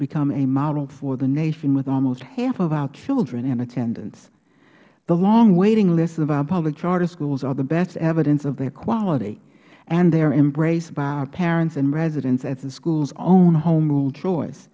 become a model for the nation with almost half of our children in attendance the long waiting lists of our public charter schools are the best evidence of their quality and their embrace by our parents and residents at the school's own home rule choice